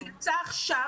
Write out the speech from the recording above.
זה נמצא עכשיו,